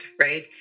right